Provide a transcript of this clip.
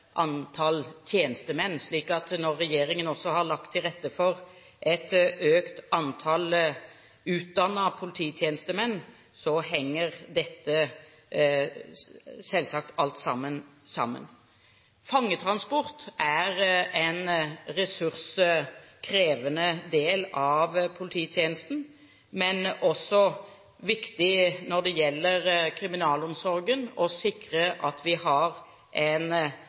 antall tjenestemenn. Regjeringen har også lagt til rette for et økt antall utdannede polititjenestemenn. Alt dette henger selvsagt sammen. Fangetransport er en ressurskrevende del av polititjenesten, men det er også viktig å sikre at vi har en moderne innretning på våre fengsler og institusjoner i kriminalomsorgen. Det er bakgrunnen for at vi har